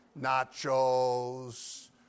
nachos